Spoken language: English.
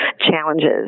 challenges